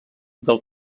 del